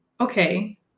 okay